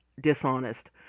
dishonest